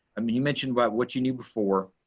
i mean you mentioned about what you knew before,